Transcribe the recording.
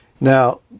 Now